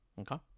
Okay